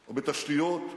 ובתשתיות,